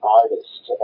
artist